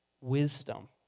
wisdom